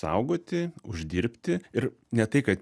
saugoti uždirbti ir ne tai kad